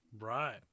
Right